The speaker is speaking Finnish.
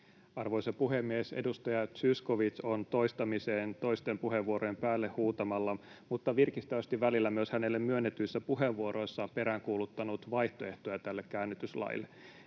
Arvoisa puhemies! Edustaja Zyskowicz on toistamiseen toisten puheenvuorojen päälle huutamalla ja virkistävästi välillä myös hänelle myönnetyissä puheenvuoroissa peräänkuuluttanut vaihtoehtoja tälle käännytyslaille.